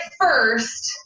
first